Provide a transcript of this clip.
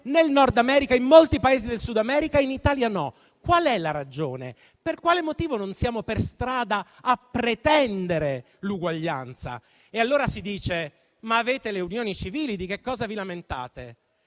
nel Nord America, in molti Paesi del Sud America, ma in Italia no? Qual è la ragione e per quale motivo non siamo in strada a pretendere l'uguaglianza? Si dice: ma avete le unioni civili, di cosa vi lamentate?